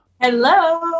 Hello